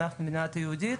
אנחנו מדינה יהודית,